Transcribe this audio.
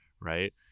right